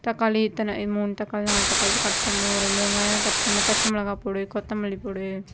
தக்காளி இத்தனை மூணு தக்காளி நாலு தக்காளி கட் பண்ணணும் ரெண்டு வெங்காயம் கட் பண்ணணும் ஒன்று பச்சை மிளகா போடு கொத்தமல்லி போடு